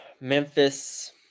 Memphis